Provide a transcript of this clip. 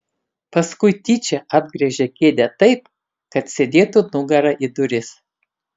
paskui tyčia apgręžė kėdę taip kad sėdėtų nugara į duris